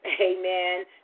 Amen